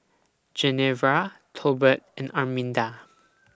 Genevra Tolbert and Arminda